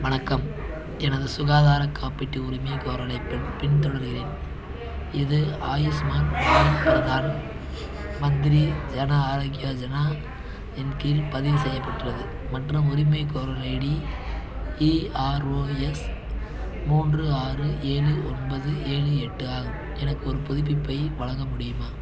வணக்கம் எனது சுகாதார காப்பீட்டு உரிமைகோரலைப் பின் பின்தொடர்கிறேன் இது ஆயுஷ்மான் பாரத் பிரதான் மந்திரி ஜன ஆரோக்ய ஜனா இன் கீழ் பதிவு செய்யப்பட்டுள்ளது மற்றும் உரிமைகோரல் ஐடி இஆர்ஓஎஸ் மூன்று ஆறு ஏழு ஒன்பது ஏழு எட்டு ஆகும் எனக்கு ஒரு புதுப்பிப்பை வழங்க முடியுமா